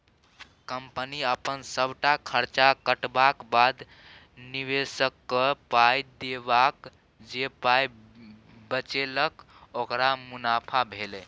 कंपनीक अपन सबटा खर्च कटबाक बाद, निबेशककेँ पाइ देबाक जे पाइ बचेलक ओकर मुनाफा भेलै